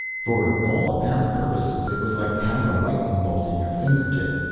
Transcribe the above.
for all apparent purposes it was like having a lightning bolt in your fingertip.